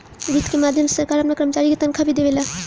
वित्त के माध्यम से सरकार आपना कर्मचारी के तनखाह भी देवेला